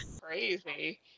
Crazy